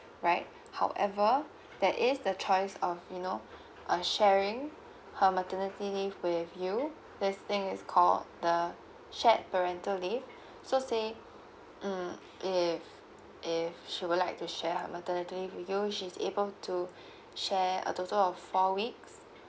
right however that is the choice of you know uh sharing her maternity leave with you this thing is called the shared parental leave so say mm if if she would like to share her maternity leave with you she's able to share a total of four weeks